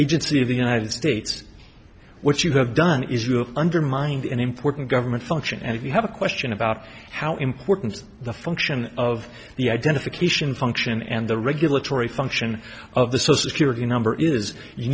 agency of the united states what you have done is you have undermined an important government function and if you have a question about how important the function of the identification function and the regulatory function of the security number is you